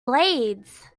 blades